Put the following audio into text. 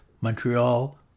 Montreal